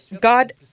God